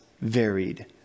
varied